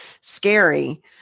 scary